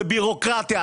בירוקרטיה,